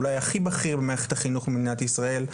אולי הכי בכיר במערכת החינוך במדינת ישראל,